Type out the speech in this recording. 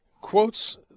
quotes